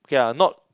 okay ah not